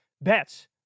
bets